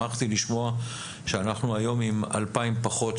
שמחתי לשמוע שאנחנו היום עם 2000 פחות,